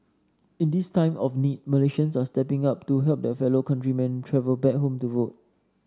in this time of need Malaysians are stepping up to help their fellow countrymen travel back home to vote